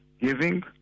Giving